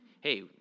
hey